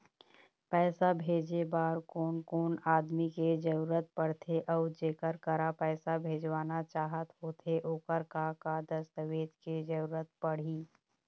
पैसा भेजे बार कोन कोन आदमी के जरूरत पड़ते अऊ जेकर करा पैसा भेजवाना चाहत होथे ओकर का का दस्तावेज के जरूरत पड़ही?